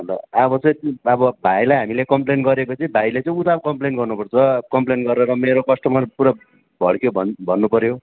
अन्त अब चाहिँ अब भाइलाई हामीले कम्पलेन गरे पछि भाइले चाहिँ उता कम्पलेन गर्नुपर्छ कम्पलेन गरेर मेरो कस्टमर पुरा भड्क्यो भन्नुपर्यो